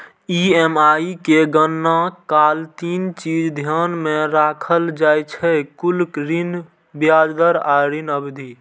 EMI के गणना काल तीन चीज ध्यान मे राखल जाइ छै, कुल ऋण, ब्याज दर आ ऋण अवधि